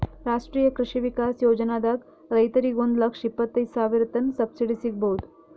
ರಾಷ್ಟ್ರೀಯ ಕೃಷಿ ವಿಕಾಸ್ ಯೋಜನಾದಾಗ್ ರೈತರಿಗ್ ಒಂದ್ ಲಕ್ಷ ಇಪ್ಪತೈದ್ ಸಾವಿರತನ್ ಸಬ್ಸಿಡಿ ಸಿಗ್ಬಹುದ್